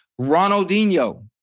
Ronaldinho